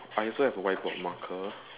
I also have a whiteboard marker